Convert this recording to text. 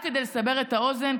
רק כדי לסבר את האוזן,